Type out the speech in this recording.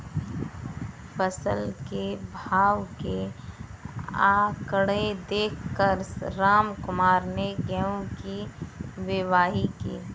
फसल के भाव के आंकड़े देख कर रामकुमार ने गेहूं की बुवाई की